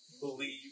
believe